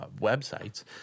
websites